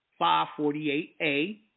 548A